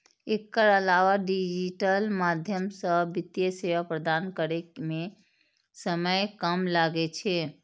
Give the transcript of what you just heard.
एकर अलावा डिजिटल माध्यम सं वित्तीय सेवा प्रदान करै मे समय कम लागै छै